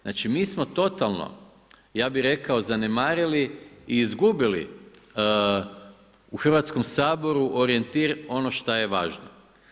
Znači, mi smo totalno, ja bih rekao, zanemarili i izgubili u Hrvatskom saboru orijentir ono što je važno.